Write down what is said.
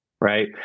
right